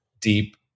deep